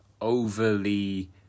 overly